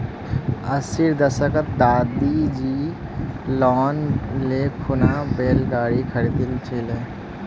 अस्सीर दशकत दादीजी लोन ले खूना बैल गाड़ी खरीदिल छिले